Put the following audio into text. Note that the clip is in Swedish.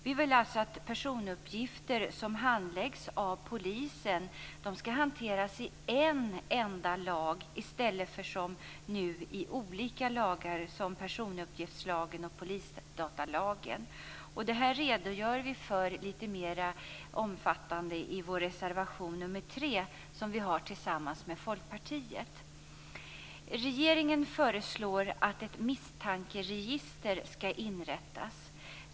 Vi vill alltså att personuppgifter som handläggs av polisen skall hanteras i en enda lag i stället för som nu i olika lagar, t.ex. personuppgiftslagen och polisdatalagen. Detta redogör vi för litet mer omfattande i vår reservation nr 3, som vi har skrivit tillsammans med Folkpartiet. Regeringen föreslår att ett misstankeregister skall inrättas.